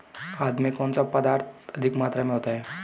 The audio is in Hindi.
खाद में कौन सा पदार्थ अधिक मात्रा में होता है?